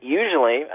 usually